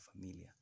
Familia